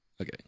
Okay